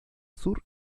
sur